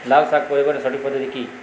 লালশাক পরিবহনের সঠিক পদ্ধতি কি?